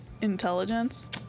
intelligence